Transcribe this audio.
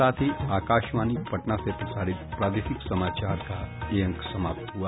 इसके साथ ही आकाशवाणी पटना से प्रसारित प्रादेशिक समाचार का ये अंक समाप्त हुआ